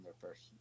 first